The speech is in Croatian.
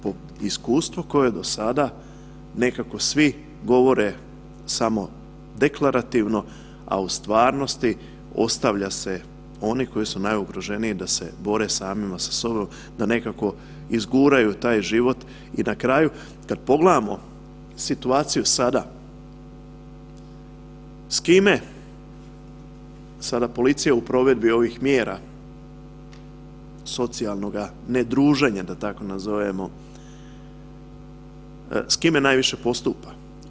Po iskustvu koje je do sada, nekako svi govore samo deklarativno, a u stvarnosti ostavlja se oni koji su najugroženiji da se bore samima sa sobom, da nekako izguraju taj život i na kraju, kad pogledamo situaciju sada, s kime sada policija u provedbi ovih mjera socijalnog nedruženja, da tako nazovemo, s kime najviše postupa?